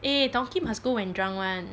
eh donki must go when drunk [one]